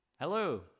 hello